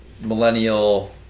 millennial